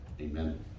amen